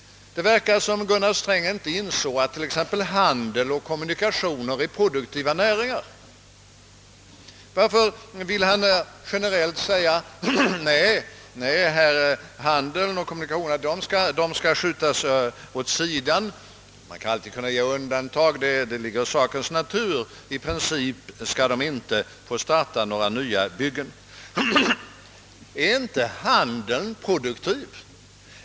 Det verkar som om Gunnar Sträng inte inser att t.ex. handel och kommunikationer är produktiva näringar. Varför vill han annars att handeln och kommunikationerna generellt skall skjutas åt sidan, visserligen med tanken att man kan göra undantag — det ligger i sakens natur — men att de i princip inte skall få starta några nya byggen? Är inte handeln produktiv?